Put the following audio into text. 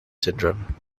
syndrome